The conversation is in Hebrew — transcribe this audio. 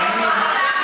מעולם לא אמרתי את זה,